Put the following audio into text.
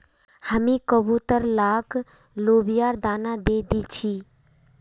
हामी कबूतर लाक लोबियार दाना दे दी छि